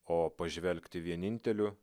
o pažvelgti vieninteliu